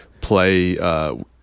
play